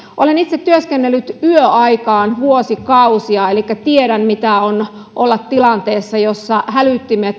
olen itse työskennellyt yöaikaan vuosikausia elikkä tiedän mitä on olla tilanteessa jossa hälyttimet